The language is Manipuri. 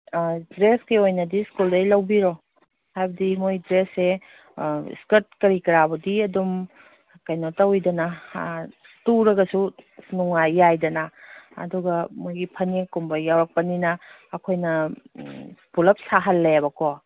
ꯗ꯭ꯔꯦꯁꯀꯤ ꯑꯣꯏꯅꯗꯤ ꯁ꯭ꯀꯨꯜꯗꯒꯤ ꯂꯧꯕꯤꯔꯣ ꯍꯥꯏꯕꯗꯤ ꯃꯣꯏ ꯗ꯭ꯔꯦꯁꯁꯦ ꯏꯁꯀ꯭ꯔꯠ ꯀꯔꯤ ꯀꯔꯥꯕꯨꯗꯤ ꯑꯗꯨꯝ ꯀꯩꯅꯣ ꯇꯧꯋꯤꯗꯅ ꯇꯨꯔꯒꯁꯨ ꯌꯥꯏꯗꯅ ꯑꯗꯨꯒ ꯃꯣꯏꯒꯤ ꯐꯅꯦꯛꯀꯨꯝꯕ ꯌꯥꯎꯔꯛꯄꯅꯤꯅ ꯑꯩꯈꯣꯏꯅ ꯄꯨꯂꯞ ꯁꯥꯍꯜꯂꯦꯕꯀꯣ